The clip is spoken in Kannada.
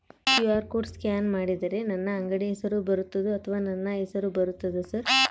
ಕ್ಯೂ.ಆರ್ ಕೋಡ್ ಸ್ಕ್ಯಾನ್ ಮಾಡಿದರೆ ನನ್ನ ಅಂಗಡಿ ಹೆಸರು ಬರ್ತದೋ ಅಥವಾ ನನ್ನ ಹೆಸರು ಬರ್ತದ ಸರ್?